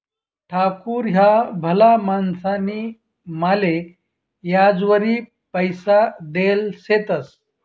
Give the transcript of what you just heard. ठाकूर ह्या भला माणूसनी माले याजवरी पैसा देल शेतंस